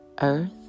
Earth